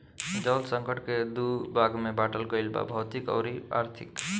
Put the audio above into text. जल संकट के दू भाग में बाटल गईल बा भौतिक अउरी आर्थिक